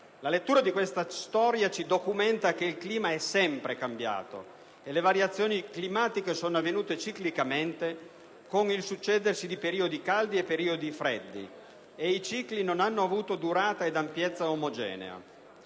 La lettura di questa storia ci documenta che il clima è sempre cambiato e le variazioni climatiche sono avvenute ciclicamente con il succedersi di periodi caldi e di periodi freddi e i cicli non hanno avuto durata ed ampiezza omogenee.